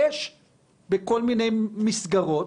יש כל מיני מסגרות,